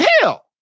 hell